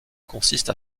consiste